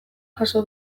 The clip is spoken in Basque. jaso